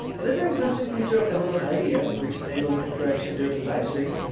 another interesting feature of amazon ivs, which enables interaction during live streams,